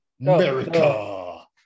America